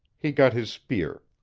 he got his spear.